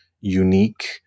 unique